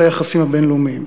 היחסים הבין-לאומיים.